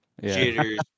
Jitters